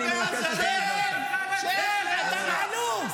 אתה אגורות.